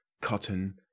cotton